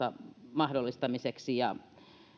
mahdollistamiseksi